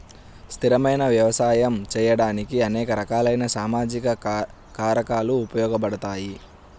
స్థిరమైన వ్యవసాయం చేయడానికి అనేక రకాలైన సామాజిక కారకాలు ఉపయోగపడతాయి